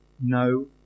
no